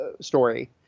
story